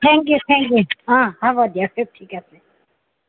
thank you thank you হ'ব দিয়ক ঠিক আছে